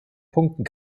punkten